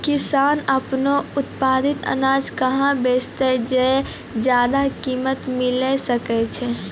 किसान आपनो उत्पादित अनाज कहाँ बेचतै जे ज्यादा कीमत मिलैल सकै छै?